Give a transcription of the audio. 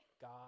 God